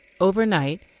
Overnight